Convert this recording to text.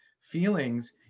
feelings